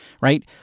right